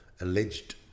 alleged